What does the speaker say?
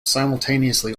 simultaneously